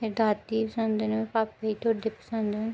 मेरी दादी गी पसंद न पापे गी टोड्डे पसंद न